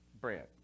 bread